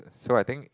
so I think